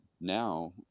now